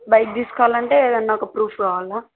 bike తీసుకువాలంటే ఏదైనా proof కావాలా